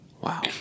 Wow